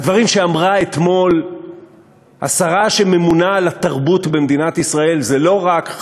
הדברים שאמרה אתמול השרה שממונה על התרבות במדינת ישראל זה לא רק,